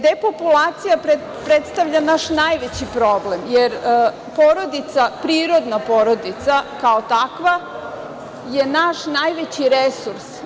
Depopulacija predstavlja naš najveći problem, jer porodica, prirodna porodica, kao takva je naš najveći resurs.